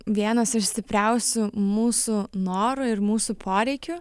vienas iš stipriausių mūsų norų ir mūsų poreikių